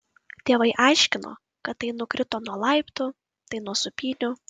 tėvai aiškino kad tai nukrito nuo laiptų tai nuo sūpynių